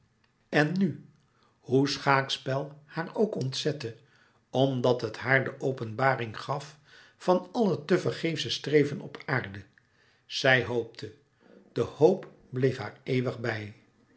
en nu hoe schaakspel haar ook ontzette omdat het haar de openbaring gaf van al het tevergeefsche streven op aarde zij hoopte de hoop bleef haar eeuwig bij